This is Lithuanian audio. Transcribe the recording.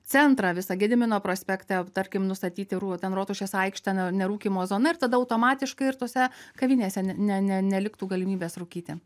centrą visą gedimino prospektą tarkim nustatyti rū ten rotušės aikštę na nerūkymo zona ir tada automatiškai ir tose kavinėse ne ne ne neliktų galimybės rūkyti